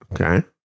okay